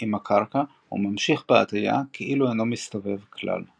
עם הקרקע וממשיך בהטיה כאילו אינו מסתובב כלל.